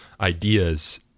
ideas